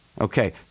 okay